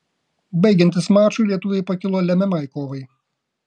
baigiantis mačui lietuviai pakilo lemiamai kovai